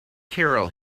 carol